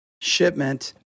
shipment